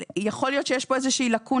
שיכול להיות שיש פה איזה לקונה.